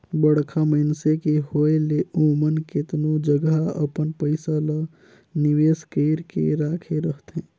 बड़खा मइनसे के होए ले ओमन केतनो जगहा अपन पइसा ल निवेस कइर के राखे रहथें